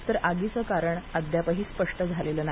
तर आगीचे कारण अद्याप स्पष्ट झालं नाही